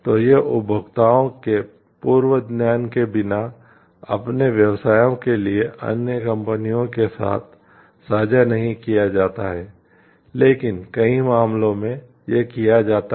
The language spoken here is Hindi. तो यह उपभोक्ताओं के पूर्व ज्ञान के बिना अपने व्यवसायों के लिए अन्य कंपनियों के साथ साझा नहीं किया जाता है लेकिन कई मामलों में यह किया जाता है